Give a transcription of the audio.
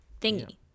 thingy